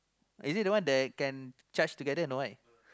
is it the one that can charge together no right